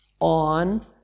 on